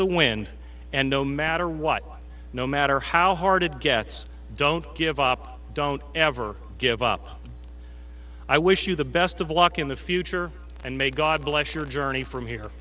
the wind and no matter what no matter how hard it gets don't give up don't ever give up i wish you the best of luck in the future and may god bless your journey from here